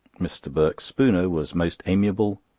mr. birks spooner was most amiable,